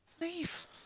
leave